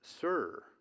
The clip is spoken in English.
sir